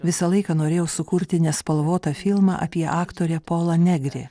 visą laiką norėjau sukurti nespalvotą filmą apie aktorę polą negri